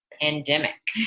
pandemic